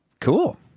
cool